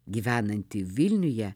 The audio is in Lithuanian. gyvenantį vilniuje